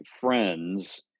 friends